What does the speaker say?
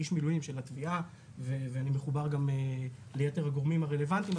איש מילואים של התביעה ואני מחובר גם ליתר הגורמים הרלוונטיים,